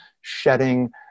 shedding